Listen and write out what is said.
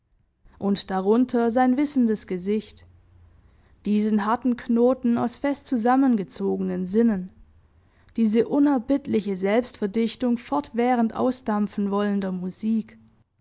und darunter sein wissendes gesicht diesen harten knoten aus fest zusammengezogenen sinnen diese unerbittliche selbstverdichtung fortwährend ausdampfen wollender musik